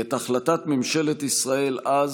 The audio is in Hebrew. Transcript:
באמונה שלמה כי את החלטת ממשלת ישראל אז